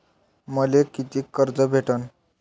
मले कितीक कर्ज भेटन?